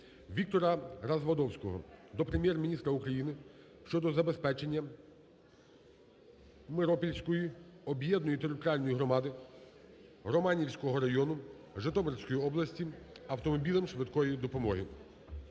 Віктора Развадовського до Прем'єр-міністра України щодо забезпечення Миропільської об'єднаної територіальної громади Романівського району Житомирської області автомобілем швидкої допомоги.